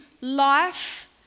life